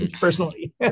personally